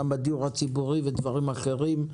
גם בדיור הציבורי ודברים אחרים.